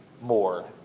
more